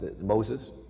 Moses